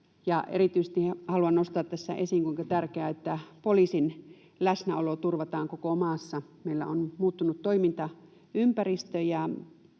Erityisesti haluan nostaa tässä esiin, kuinka tärkeää on, että poliisin läsnäolo turvataan koko maassa. Meillä on muuttunut toimintaympäristö,